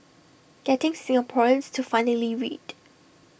getting Singaporeans to finally read